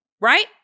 right